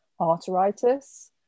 Arteritis